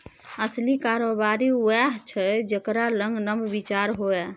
असली कारोबारी उएह छै जेकरा लग नब विचार होए